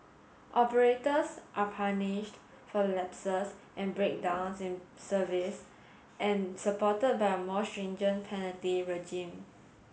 operators are punished for lapses and breakdowns in service and supported by a more stringent penalty regime